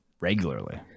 regularly